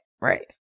Right